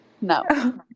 No